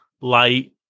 light